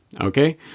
Okay